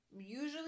usually